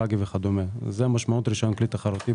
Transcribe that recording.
כאן זה השיח עם משרד הביטחון.